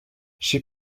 she